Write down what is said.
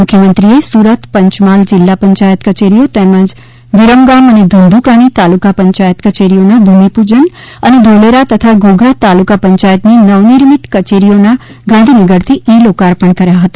મુખ્યમંત્રીએ સુરત પંચમહાલ જિલ્લા પંચાયત કચેરીઓ તેમજ વિરમગામ અને ધંધૂકાની તાલુકા પંચાયત કચેરીઓના ભૂમિપૂજન અને ધોલેરા તથા ધોધા તાલુકા પંચાયતની નવનિર્મિત કચેરીઓના ગાંધીનગરથી ઇ લોકાર્પણ કર્યા હતા